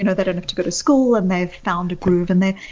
you know they don't have to go to school and they've found a groove and they're.